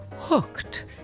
Hooked